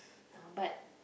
uh but